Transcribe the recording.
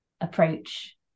approach